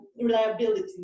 reliability